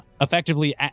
Effectively